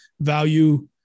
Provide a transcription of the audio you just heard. value